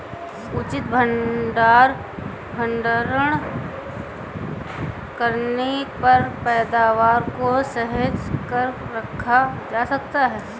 उचित भंडारण करने पर पैदावार को सहेज कर रखा जा सकता है